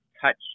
touch